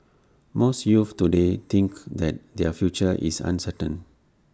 most youths today think that their future is uncertain